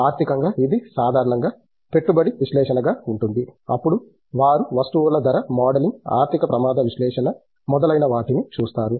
ఆర్థికంగా ఇది సాధారణంగా పెట్టుబడి విశ్లేషణ గా ఉంటుంది అప్పుడు వారు వస్తువుల ధర మోడలింగ్ ఆర్థిక ప్రమాద విశ్లేషణ మొదలైనవాటిని చూస్తారు